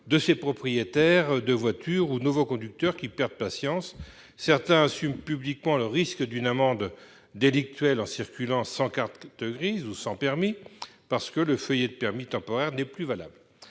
des propriétaires de voitures ou des nouveaux conducteurs qui perdent patience. Certains assument publiquement prendre le risque d'encourir une amende délictuelle en circulant sans carte grise ou sans permis, parce que leur feuillet de permis temporaire n'est plus valable.